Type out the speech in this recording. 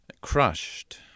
crushed